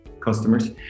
customers